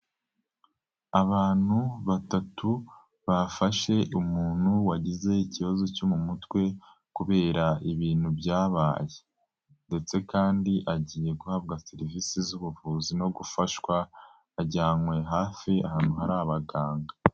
Abantu batatu bafashe umuntu wagize ikibazo cyo mu mutwe kubera ibintu byabaye ndetse kandi agiye guhabwa serivisi z'ubuvuzi no gufashwa, ajyanywe hafi ahantu hari abaganga.